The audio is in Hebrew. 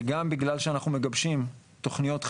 וגם בגלל שאנחנו מגבשים תוכניות חדשות,